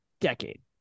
decade